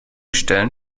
stellen